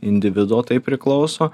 individo tai priklauso